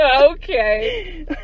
Okay